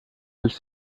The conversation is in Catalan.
els